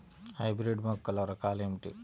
Hybrid మొక్కల రకాలు ఏమిటి?